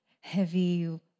heavy